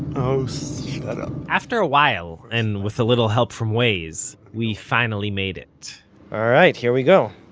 oh, so shut up after a while, and with a little help from waze, we finally made it alright, here we go!